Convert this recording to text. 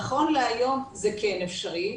נכון להיום זה כן אפשרי,